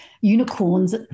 Unicorns